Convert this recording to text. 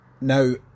Now